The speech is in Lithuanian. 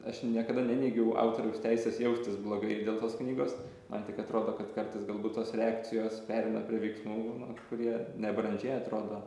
aš niekada neneigiau autoriaus teisės jaustis blogai dėl tos knygos man tik atrodo kad kartais galbūt tos reakcijos pereina prie veiksmų kurie nebrandžiai atrodo